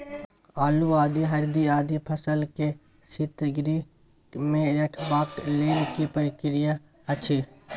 आलू, आदि, हरदी आदि फसल के शीतगृह मे रखबाक लेल की प्रक्रिया अछि?